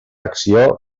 acció